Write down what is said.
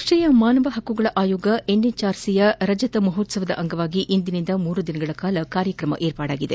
ರಾಷ್ಷೀಯ ಮಾನವ ಹಕ್ಕುಗಳ ಆಯೋಗ ಎನ್ಎಚ್ಆರ್ಸಿಯ ರಜತ ಮಹೋತ್ತವದ ಅಂಗವಾಗಿ ಇಂದಿನಿಂದ ಮೂರು ದಿನಗಳ ಕಾರ್ಯಕ್ರಮ ವಿರ್ಪಾಡಾಗಿದೆ